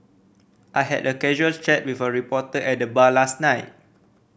I had a casual chat with a reporter at the bar last night